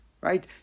Right